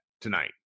tonight